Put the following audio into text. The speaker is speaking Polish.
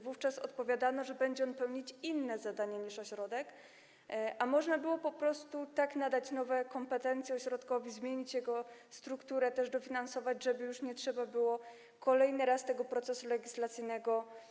Wówczas odpowiadano, że będzie on pełnić inne zadania niż ośrodek, a można było po prostu tak nadać nowe kompetencje ośrodkowi, zmienić jego strukturę i dofinansować, żeby już nie trzeba było kolejny raz prowadzić procesu legislacyjnego.